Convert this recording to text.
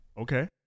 Okay